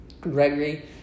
Gregory